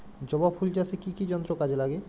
জবা ফুল চাষে কি কি যন্ত্র কাজে লাগে?